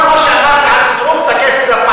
כל מה שאמרתי על סטרוק, תקף כלפייך.